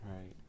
Right